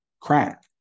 crack